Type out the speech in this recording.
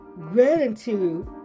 Gratitude